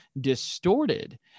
distorted